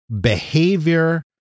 behavior